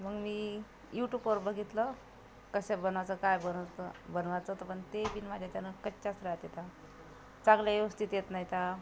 मग मी यूटूपवर बघितलं कसे बनाचं काय बनवतं बनवायचं होतं पण ते पीन माझ्याच्यानं कच्च्याच राहतात चांगलं व्यवस्थित येत नाहीत